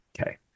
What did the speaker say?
okay